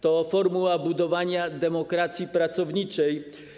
To formuła budowania demokracji pracowniczej.